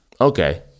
Okay